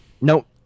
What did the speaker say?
nope